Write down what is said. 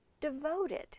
Devoted